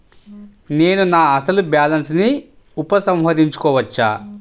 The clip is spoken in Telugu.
నేను నా అసలు బాలన్స్ ని ఉపసంహరించుకోవచ్చా?